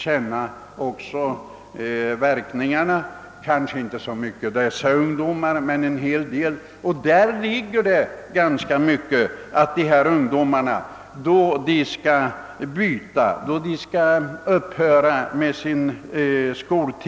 Många ungdomar — och inte bara de som det här är fråga om — har också fått känna på verkningarna av strukturomvandlingen i form av arbetslöshet.